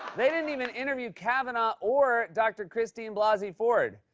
they didn't even interview kavanaugh or dr. christine blasey ford.